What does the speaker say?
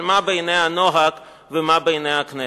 אבל מה בעיניה נוהג ומה בעיניה הכנסת?